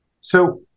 So-